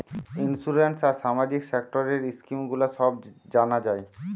insurance আর সামাজিক সেক্টরের স্কিম গুলো সব জানা যায়